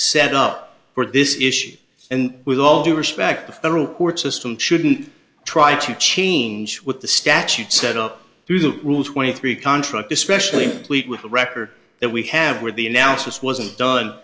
set up for this issue and with all due respect the federal court system shouldn't try to change with the statute set up through the rules twenty three contract especially pleased with the record that we have where the analysis wasn't done